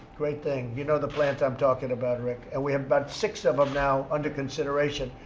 great thing. you know the plant i'm talking about, rick. and we have about six of them now under consideration.